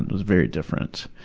was very different,